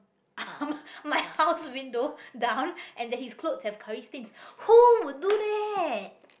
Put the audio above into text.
my my house window down and then his clothes got curry stain who would do that